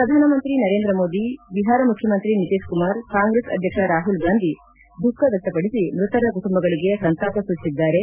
ಪ್ರಧಾನಮಂತ್ರಿ ನರೇಂದ್ರಮೋದಿ ಬಿಹಾರ ಮಖ್ಯಮಂತ್ರಿ ನಿತೀಶ್ ಕುಮಾರ್ ಕಾಂಗ್ರೆಸ್ ಅಧ್ಯಕ್ಷ ರಾಹುಲ್ಗಾಂಧಿ ದುಃಖ ವ್ಹಕ್ತಪಡಿಸಿ ಮೃತರ ಕುಟುಂಬಗಳಿಗೆ ಸಂತಾಪ ಸೂಚಿಸಿದ್ದಾರೆ